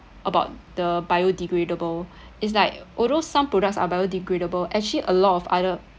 about the biodegradable it's like although some products are biodegradable actually a lot of other